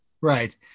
Right